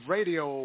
Radio